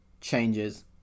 changes